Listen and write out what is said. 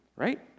right